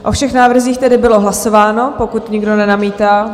O všech návrzích tedy bylo hlasováno, pokud nikdo nenamítá?